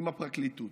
אם הפרקליטות,